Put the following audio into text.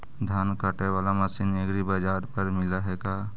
धान काटे बाला मशीन एग्रीबाजार पर मिल है का?